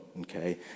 okay